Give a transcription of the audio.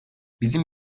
bizim